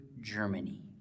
Germany